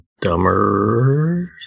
Dumber